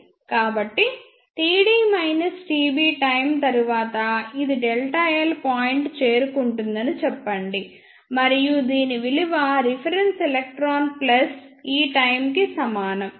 కాబట్టిtd tb time తరువాత ఇదిΔ L point చేరుకుంటుందని చెప్పండి మరియు దీని విలువ రిఫరెన్స్ ఎలక్ట్రాన్ ప్లస్ ఈ టైమ్కి సమానం